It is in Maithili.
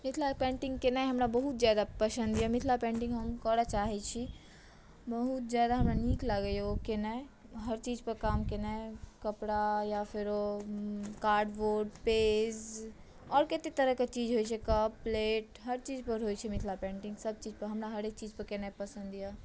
मिथिला पेन्टिंग केनाइ हमरा बहुत ज्यादा पसन्द यए मिथिला पेन्टिंग हम करय चाहैत छी बहुत ज्यादा हमरा नीक लागैए ओ केनाइ हर चीजपर काम केनाइ कपड़ा या फेरो कार्डबोर्ड पेज आओर कतेक तरहके चीज होइत छै कप प्लेट हर चीजपर होइत छै मिथिला पेन्टिंग सभचीज पर हमरा हरेक चीजपर केनाइ पसन्द यए